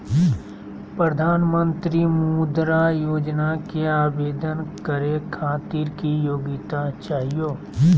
प्रधानमंत्री मुद्रा योजना के आवेदन करै खातिर की योग्यता चाहियो?